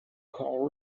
call